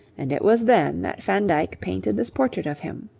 and it was then that van dyck painted this portrait of him.